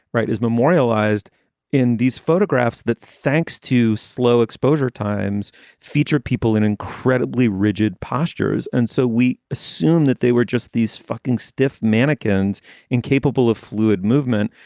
right. is memorialized in these photographs that thanks to slow exposure times feature people in incredibly rigid postures. and so we assumed that they were just these fucking stiff mannequins incapable of fluid movement.